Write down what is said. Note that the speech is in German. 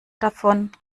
davon